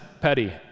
petty